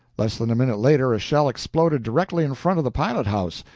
less than a minute later, a shell exploded directly in front of the pilot-house,